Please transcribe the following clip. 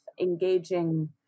engaging